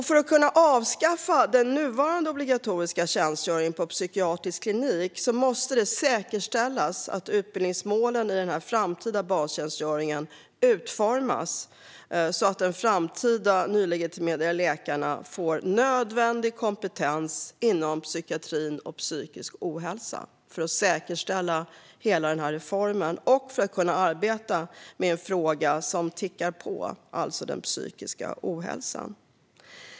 För att kunna avskaffa den nuvarande obligatoriska tjänstgöringen på psykiatrisk klinik måste det säkerställas att utbildningsmålen i den framtida bastjänstgöringen utformas så att de framtida nylegitimerade läkarna får nödvändig kompetens inom psykiatri och psykisk ohälsa. Det handlar om att säkerställa hela denna reform och om att kunna arbeta med en fråga som tickar på, det vill säga den psykiska ohälsan.